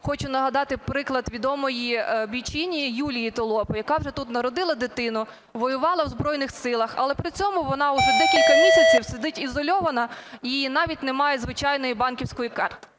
хочу нагадати приклад відомої бійчині Юлії Толопи, яка вже тут народила дитину, воювала в Збройних Силах, але при цьому вона вже декілька місяців сидить ізольована і навіть не має звичайної банківської карти.